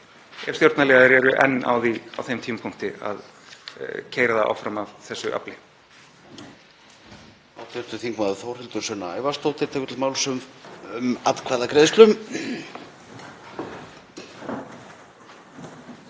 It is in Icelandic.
ef stjórnarliðar eru enn á því á þeim tímapunkti að keyra það áfram af þessu afli.